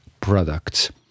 products